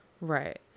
right